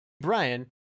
Brian